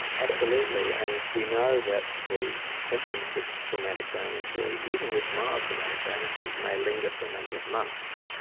absolutely, and we know that the symptoms of traumatic brain injury, even with mild traumatic brain injuries, may linger for a number of months.